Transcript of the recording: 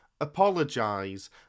apologise